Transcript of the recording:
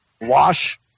Wash